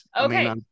Okay